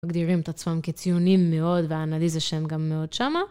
מגדירים את עצמם כציונים מאוד, והאנליזה שהם גם מאוד שמה.